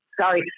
sorry